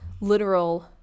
literal